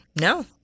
No